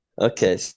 Okay